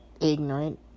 ignorant